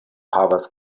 havas